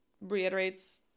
reiterates